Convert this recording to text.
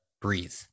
breathe